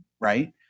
right